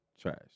Trash